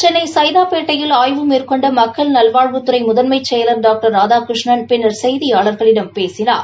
சென்னை சைதாபேட்டையில் ஆய்வு மேற்கொண்ட மக்கள் நல்வாழ்வுத்துறை முதன்மை செயலர் டாக்டர் ராதாகிருஷ்ணன் பின்னர் செய்தியாளர்களிடம் பேசினார்